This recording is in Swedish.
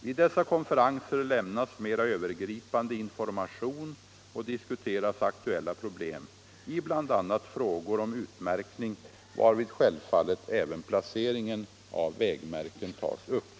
Vid dessa konferenser lämnas mera övergripande information och diskuteras aktuella problem i bl.a. frågor om utmärkning, varvid självfallet även placeringen av vägmärken tas upp.